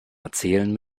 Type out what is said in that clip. erzählen